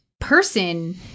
person